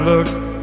Look